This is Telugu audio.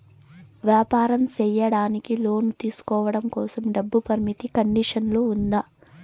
వ్యాపారం సేయడానికి లోను తీసుకోవడం కోసం, డబ్బు పరిమితి కండిషన్లు ఉందా?